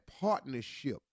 partnership